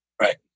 Right